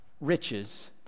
riches